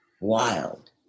wild